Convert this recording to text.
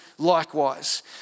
Likewise